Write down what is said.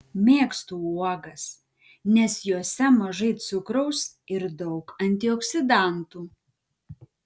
mėgstu uogas nes jose mažai cukraus ir daug antioksidantų